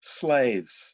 slaves